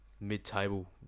mid-table